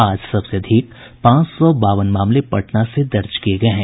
आज सबसे अधिक पांच सौ बावन मामले पटना से दर्ज किये गये हैं